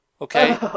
Okay